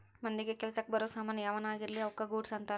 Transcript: ಮಂದಿಗ ಕೆಲಸಕ್ ಬರೋ ಸಾಮನ್ ಯಾವನ ಆಗಿರ್ಲಿ ಅವುಕ ಗೂಡ್ಸ್ ಅಂತಾರ